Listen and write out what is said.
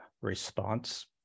response